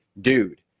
dude